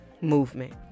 movement